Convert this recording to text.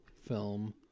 film